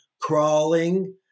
crawling